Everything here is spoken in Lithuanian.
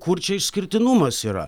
kur čia išskirtinumas yra